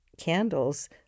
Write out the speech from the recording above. candles